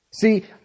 See